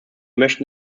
möchten